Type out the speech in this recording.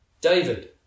David